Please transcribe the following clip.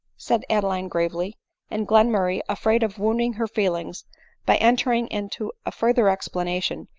said adeline grave ly and glenmurray afraid of wounding her feelings by entering into a further explanation,